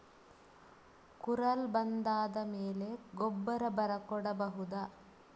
ಕುರಲ್ ಬಂದಾದ ಮೇಲೆ ಗೊಬ್ಬರ ಬರ ಕೊಡಬಹುದ?